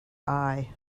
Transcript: eye